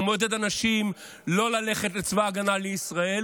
הוא מעודד אנשים לא ללכת לצבא ההגנה לישראל,